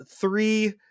three